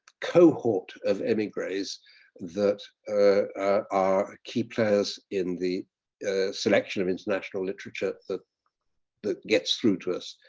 cohort of emigres that are key players in the selection of international literature that that gets through to us.